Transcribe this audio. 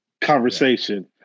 conversation